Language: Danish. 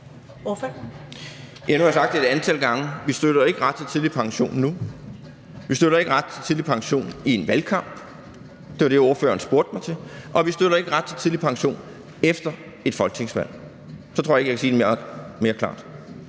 nu har jeg sagt det et antal gange: Vi støtter ikke ret til tidlig pension nu, vi støtter ikke ret til tidlig pension i en valgkamp – det var det, ordføreren spurgte mig om – og vi støtter ikke ret til tidlig pension efter et folketingsvalg. Så tror jeg ikke, jeg kan sige det mere klart.